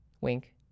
Wink